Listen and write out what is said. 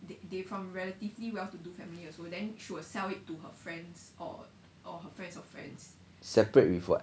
separate with what